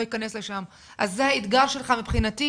אכנס לשם' אז זה האתגר שלך מבחינתי,